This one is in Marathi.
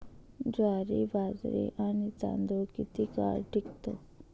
ज्वारी, बाजरी आणि तांदूळ किती काळ टिकतो?